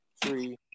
three